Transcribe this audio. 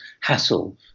hassle